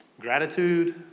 gratitude